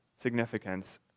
Significance